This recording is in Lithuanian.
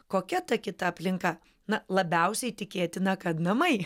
kokia ta kita aplinka na labiausiai tikėtina kad namai